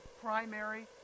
primary